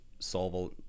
solve